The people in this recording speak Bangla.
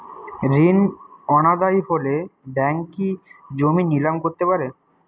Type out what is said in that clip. ঋণ অনাদায়ি হলে ব্যাঙ্ক কি জমি নিলাম করতে পারে?